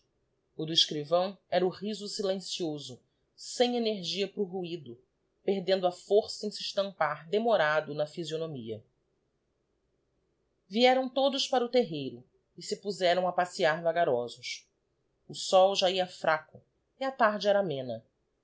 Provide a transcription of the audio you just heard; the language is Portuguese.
o do escrivão era o riso silencioso sem energia para o ruido perdendo a força em se estampar demorado na phvsionomia vieram todos para o terreiro e se puzeram a passeiar vagarosos o sol já ia fraco e a tarde era amena